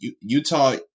Utah